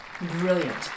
Brilliant